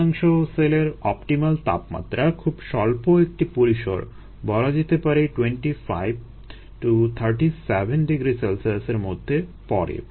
অধিকাংশ সেলের অপটিমাল তাপমাত্রা খুব স্বল্প একটি পরিসর বলা যেতে পারে 25 37 ºC এর মধ্যেই পরে